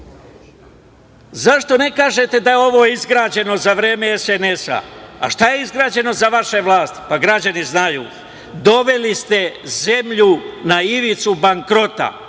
Zašto ne kažete da je ovo izgrađeno za vreme SNS-a? A šta je izgrađeno za vaše vlasti? Pa građani znaju, doveli ste zemlju na ivicu bankrota,